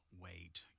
wait